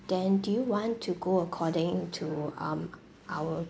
then do you want to go according to um our